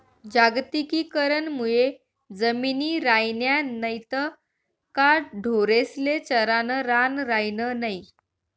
जागतिकीकरण मुये जमिनी रायन्या नैत का ढोरेस्ले चरानं रान रायनं नै